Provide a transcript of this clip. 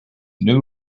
new